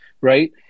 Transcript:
right